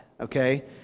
okay